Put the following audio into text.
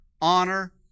honor